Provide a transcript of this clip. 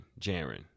Jaren